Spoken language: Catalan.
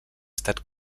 estat